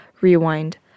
rewind